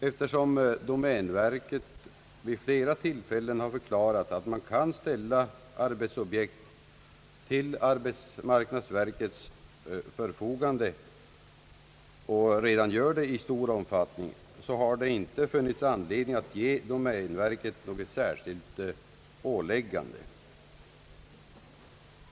Eftersom domänverket vid flera tillfällen förklarat att man kan ställa arbetsobjekt till arbetsmarknadsverkets förfogande och redan gör det i stor omfattning har det inte funnits anledning att ge domänverket något särskilt åläggande.